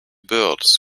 birds